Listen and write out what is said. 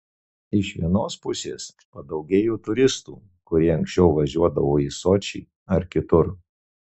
iš vienos pusės padaugėjo turistų kurie anksčiau važiuodavo į sočį ar kitur